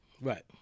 Right